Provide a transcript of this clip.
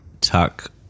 Tuck